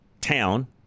town